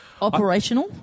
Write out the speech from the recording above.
Operational